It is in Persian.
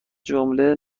جمله